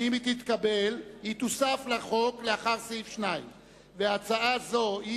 שאם היא תתקבל היא תוסף לחוק לאחר סעיף 2. הצעה זו היא